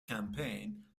campaign